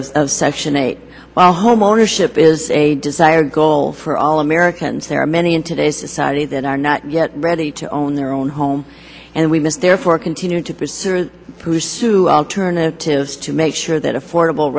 of of section eight the homeownership is a desired goal for all americans there are many in today's society that are not yet ready to own their own home and we must therefore continue to pursue pursue alternatives to make sure that affordable